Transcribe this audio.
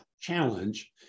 challenge